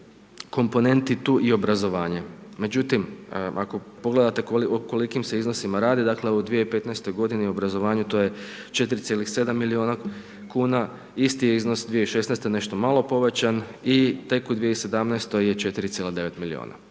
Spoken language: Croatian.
komponenti tu i obrazovanje. Međutim, ako pogledate o kolikim se iznosima rade, dakle, u 2015. g. obrazovanju to je 4,7 milijuna kn isti iznos 2016. nešto malo povećan i 2017. je 4,9 milijuna.